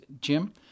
Jim